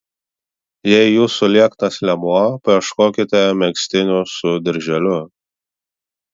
jei jūsų lieknas liemuo paieškokite megztinių su dirželiu